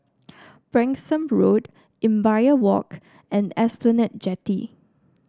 Branksome Road Imbiah Walk and Esplanade Jetty